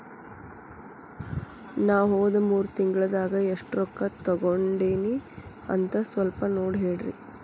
ನಾ ಹೋದ ಮೂರು ತಿಂಗಳದಾಗ ಎಷ್ಟು ರೊಕ್ಕಾ ತಕ್ಕೊಂಡೇನಿ ಅಂತ ಸಲ್ಪ ನೋಡ ಹೇಳ್ರಿ